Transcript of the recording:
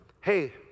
Hey